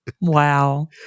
Wow